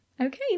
okay